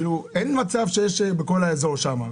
אין מצב שיש בכל האזור שם,